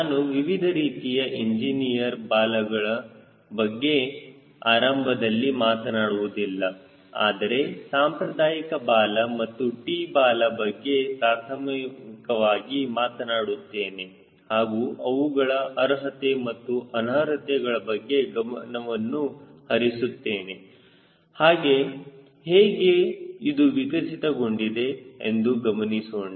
ನಾನು ವಿವಿಧ ರೀತಿಯ ಎಂಜಿನಿಯರ್ ಬಾಲಗಳ ಬಗ್ಗೆ ಆರಂಭದಲ್ಲಿ ಮಾತನಾಡುವುದಿಲ್ಲ ಆದರೆ ಸಾಂಪ್ರದಾಯಿಕ ಬಾಲ ಮತ್ತು T ಬಾಲ ಬಗ್ಗೆ ಪ್ರಾಥಮಿಕವಾಗಿ ಮಾತನಾಡುತ್ತೇನೆ ಹಾಗೂ ಅವುಗಳ ಅರ್ಹತೆ ಮತ್ತು ಅನರ್ಹತೆ ಗಳ ಬಗ್ಗೆ ಗಮನವನ್ನು ಹರಿಸುತ್ತೇನೆ ಹಾಗೆ ಹೇಗೆ ಇದು ವಿಕಸಿತಗೊಂಡಿದೆ ಎಂದು ಗಮನಿಸೋಣ